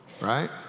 right